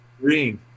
Green